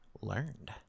learned